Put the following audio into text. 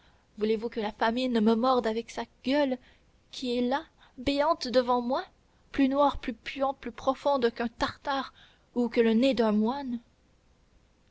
voulez-vous que la famine me morde avec sa gueule qui est là béante devant moi plus noire plus puante plus profonde qu'un tartare ou que le nez d'un moine